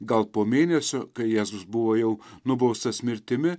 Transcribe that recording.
gal po mėnesio kai jėzus buvo jau nubaustas mirtimi